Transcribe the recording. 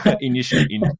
initially